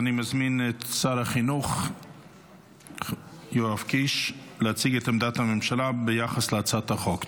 אני מזמין את שר החינוך יואב קיש להציג את עמדת הממשלה ביחס להצעת החוק.